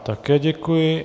Také děkuji.